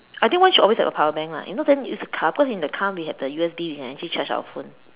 I think one should always have a power bank lah if not then use a car because in the car we have the U_S_B we can actually charge our phone